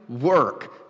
work